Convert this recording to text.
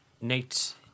Nate